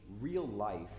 real-life